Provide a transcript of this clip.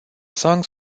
songs